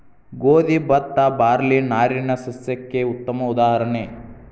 ಗೋದಿ ಬತ್ತಾ ಬಾರ್ಲಿ ನಾರಿನ ಸಸ್ಯಕ್ಕೆ ಉತ್ತಮ ಉದಾಹರಣೆ